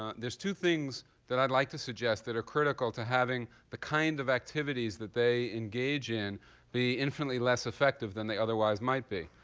ah there's two things that i'd like to suggest that are critical to having the kind of activities that they engage in be infinitely less effective than they otherwise might be.